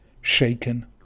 shaken